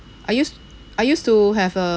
I used I used to have a